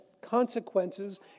consequences